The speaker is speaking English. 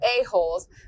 a-holes